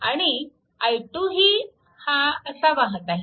आणि i2 ही हा असा वाहत आहे